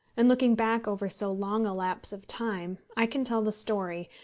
and looking back over so long a lapse of time i can tell the story,